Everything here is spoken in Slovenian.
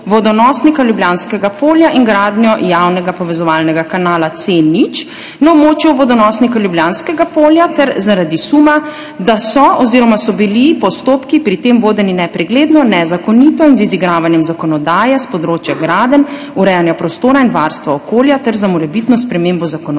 vodonosnika Ljubljanskega polja in gradnje javnega povezovalnega kanala C0 na območju vodonosnika Ljubljanskega polja ter zaradi suma, da so oziroma so bili postopki pri tem vodeni nepregledno, nezakonito in z izigravanjem zakonodaje s področja gradenj, urejanja prostora in varstva okolja ter za morebitno spremembo zakonodaje,